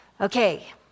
Okay